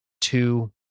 two